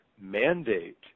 mandate